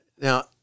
now